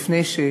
לפני זה,